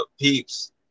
peeps